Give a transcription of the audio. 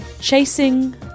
Chasing